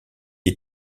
est